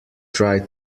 fry